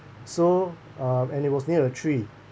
so um and it was near a tree